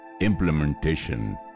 implementation